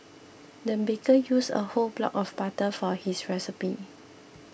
the baker used a whole block of butter for his recipe